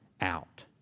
out